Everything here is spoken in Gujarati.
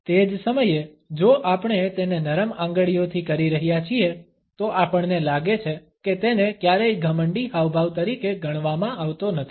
તે જ સમયે જો આપણે તેને નરમ આંગળીઓથી કરી રહ્યા છીએ તો આપણને લાગે છે કે તેને ક્યારેય ઘમંડી હાવભાવ તરીકે ગણવામાં આવતો નથી